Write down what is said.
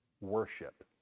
worship